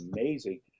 amazing